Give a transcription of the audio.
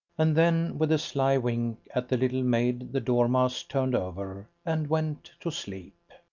and then with a sly wink at the little maid the dormouse turned over and went to sleep.